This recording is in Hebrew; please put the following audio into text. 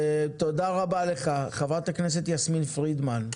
חברת הכנסת יסמין פרידמן.